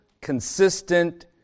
consistent